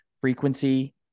frequency